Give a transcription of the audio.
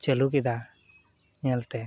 ᱪᱟᱹᱞᱩ ᱠᱮᱫᱟ ᱧᱮᱞᱛᱮ